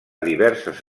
diverses